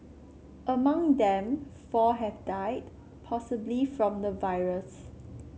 among them four have died possibly from the virus